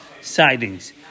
sidings